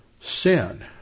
sin